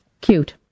Cute